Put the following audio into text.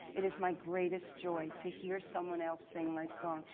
it is my greatest joy to hear someone else sing my song.